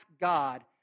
God